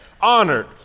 honored